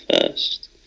first